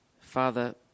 Father